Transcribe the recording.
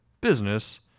business